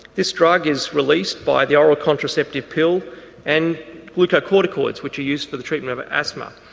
this drug is released by the oral contraceptive pill and glucocorticoids which are used for the treatment of asthma.